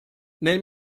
nel